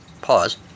pause